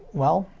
well,